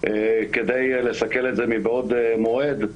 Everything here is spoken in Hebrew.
כדי לסכל את זה מבעוד מועד,